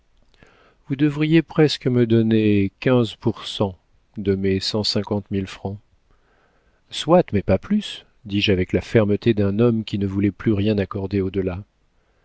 vous devriez presque me donner quinze pour cent de mes cent cinquante mille francs soit mais pas plus dis-je avec la fermeté d'un homme qui ne voulait plus rien accorder